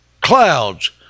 clouds